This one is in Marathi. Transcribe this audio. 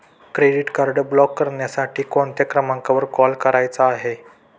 क्रेडिट कार्ड ब्लॉक करण्यासाठी कोणत्या क्रमांकावर कॉल करायचा आहे?